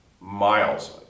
Miles